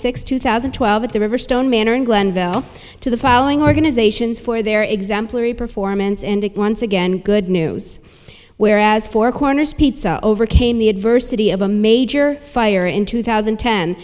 sixth two thousand and twelve at the riverstone manor in glenville to the following organizations for their exemplary performance and it once again good news whereas four corners pizza overcame the adversity of a major fire in two thousand